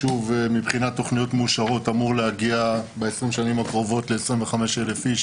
ומבחינת תוכניות מאושרות הוא אמור להגיע בשנים הקרובות ל-25,000 איש,